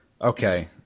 okay